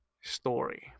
story